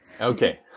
Okay